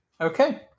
Okay